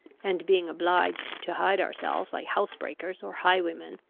and being obliged to hide ourselves like housebreakers or highwaymen.